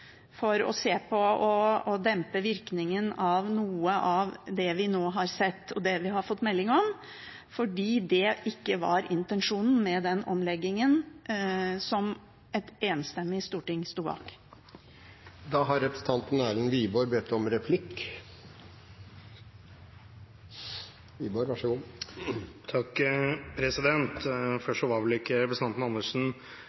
å dempe virkningen av noe av det vi nå har sett, og det vi har fått melding om, fordi det ikke var intensjonen med den omleggingen som et enstemmig storting sto bak. Det blir replikkordskifte. Først: Representanten Andersen var vel ikke helt korrekt da hun skulle gjengi statsråden. Statsråden var